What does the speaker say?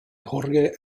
jorge